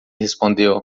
respondeu